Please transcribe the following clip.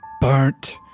burnt